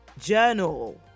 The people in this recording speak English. Journal